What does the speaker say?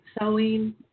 sewing